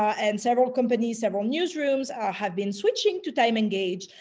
and several companies, several newsrooms have been switching to time engaged,